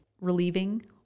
relieving